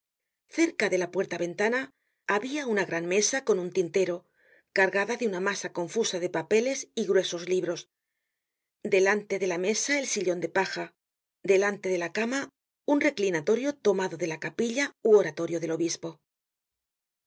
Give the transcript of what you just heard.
cerca de la puerta ventana habia una gran mesa con un tintero cargada de una masa confusa de papeles y gruesos libros delante de la mesa el sillon de paja delante de la cama un reclinatorio tomado de la capilla ú oratorio del obispo